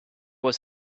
was